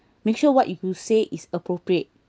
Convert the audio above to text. make sure what you could say is appropriate